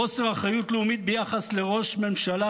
חוסר אחריות לאומית ביחס לראש ממשלה,